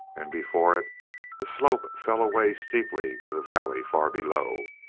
and before it the slope fell away steeply to the valley far below.